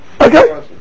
Okay